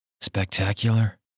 Spectacular